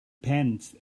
pants